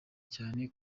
cyane